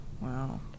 Wow